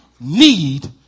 need